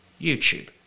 youtube